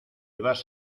vas